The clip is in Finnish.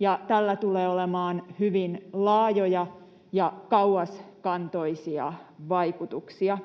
ja tällä tulee olemaan hyvin laajoja ja kauaskantoisia vaikutuksia,